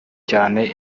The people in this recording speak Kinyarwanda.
cyane